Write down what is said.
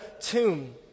tomb